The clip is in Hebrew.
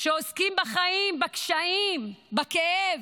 שעוסקים בחיים, בקשיים, בכאב,